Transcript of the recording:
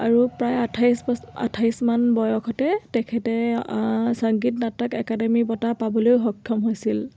আৰু প্ৰায় আঠাইছ বছ আঠাইছ মান বয়সতে তেখেতে সংগীত নাটক একাডেমী বটাঁ পাবলৈও সক্ষম হৈছিল